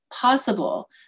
possible